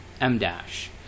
m-dash